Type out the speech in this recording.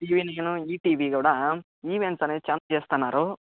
TV nine ETV కూడా events అనేవి select చేస్తున్నారు